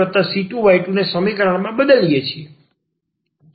આપણે ફક્ત c1y1c2y2ને સમીકરણમાં બદલીએ છીએ